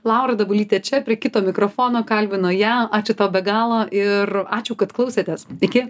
laura dabulytė čia prie kito mikrofono kalbino ją ačiū tau be galo ir ačiū kad klausėtės iki